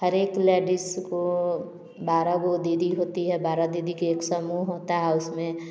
हर एक लेडीस को बारह गो दीदी होती है बारह दीदी के एक समूह होता है उसमें